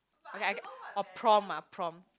okay I orh prom ah prom